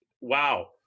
wow